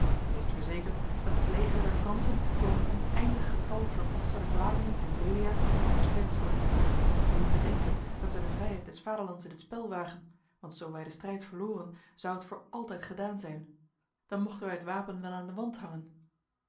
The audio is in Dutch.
weest verzekerd dat het leger der fransen door een oneindig getal verbasterde vlamingen en leliaards zal versterkt worden wij moeten denken dat wij de vrijheid des vaderlands in het spel wagen want zo wij de strijd verloren zou het voor altijd gedaan zijn dan mochten wij het wapen wel aan de wand hangen